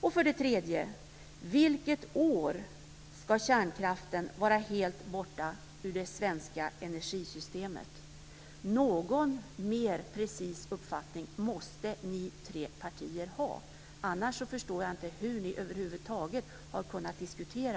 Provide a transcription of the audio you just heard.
För det tredje: Vilket år ska kärnkraften vara helt borta ur det svenska energisystemet? Någon mer precis uppfattning måste ni tre partier ha, annars förstår jag inte hur ni över huvud taget har kunnat diskutera.